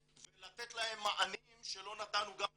ולתת להם מענים שלא נתנו גם לאחרים,